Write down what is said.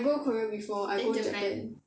I go korea before I go japan